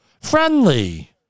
Friendly